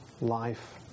life